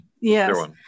Yes